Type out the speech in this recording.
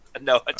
No